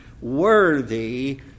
worthy